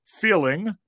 feeling